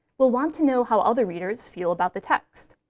will want to know how other readers feel about the text.